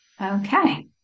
Okay